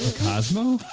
cosmo.